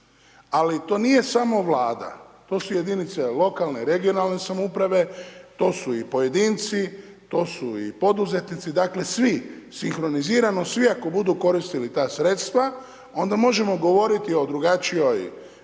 Ali to nije samo Vlada, to su jedinice lokalne regionalne samouprave, to su i pojedinci, to su i poduzetnici, dakle svi, sinkronizirano svi ako budu koristili ta sredstva, onda možemo govoriti o drugačijoj